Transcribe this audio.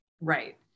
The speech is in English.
Right